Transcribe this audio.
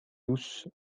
douce